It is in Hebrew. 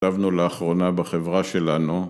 ... לאחרונה בחברה שלנו